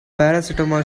paracetamol